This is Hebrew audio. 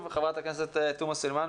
חברת הכנסת תומא סלימאן,